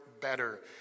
better